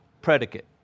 predicate